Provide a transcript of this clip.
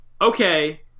okay